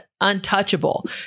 untouchable